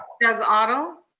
doug otto.